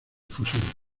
fusil